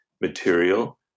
material